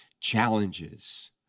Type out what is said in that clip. challenges